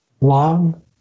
long